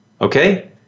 Okay